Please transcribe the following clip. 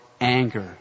anger